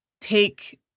take